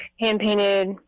hand-painted